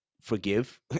forgive